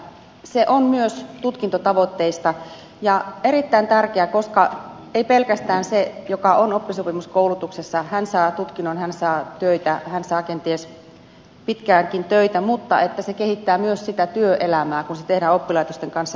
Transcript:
se on myös tutkintotavoitteista ja erittäin tärkeää ei pelkästään sille joka on oppisopimuskoulutuksessa hän saa tutkinnon hän saa töitä hän saa kenties pitkäänkin töitä mutta se kehittää myös sitä työelämää kun se tehdään oppilaitosten kanssa yhteistyössä